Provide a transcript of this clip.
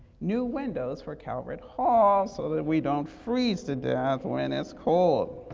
new windows for calvert hall so that we don't freeze to death when it's cold.